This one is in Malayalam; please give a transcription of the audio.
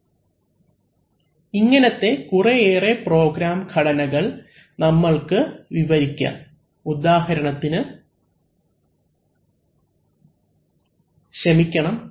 അവലംബിക്കുന്ന സ്ലൈഡ് സമയം 0915 ഇങ്ങനത്തെ കുറേയേറെ പ്രോഗ്രാം ഘടനകൾ നമ്മൾക്ക് വിവരിക്കാം ഉദാഹരണത്തിന് അവലംബിക്കുന്ന സ്ലൈഡ് സമയം 0922 ക്ഷമിക്കണം